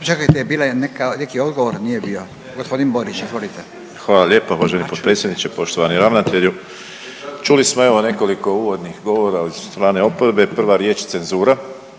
čekajte bila je neka, neki odgovor, nije bio. Gospodin Borić, izvolite. **Borić, Josip (HDZ)** Hvala lijepa uvaženi potpredsjedniče. Poštovani ravnatelju, čuli smo evo nekoliko uvodnih govora od strane oporbe, prva riječ cenzura